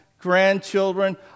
grandchildren